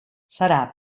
serà